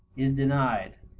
is denied.